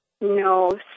no